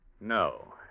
No